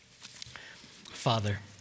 Father